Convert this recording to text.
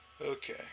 Okay